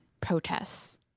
protests